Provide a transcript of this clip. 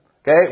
Okay